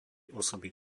osoby